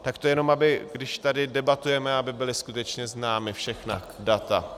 Tak to jenom když tady debatujeme, aby byla skutečně známa všechna data.